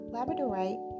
Labradorite